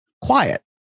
quiet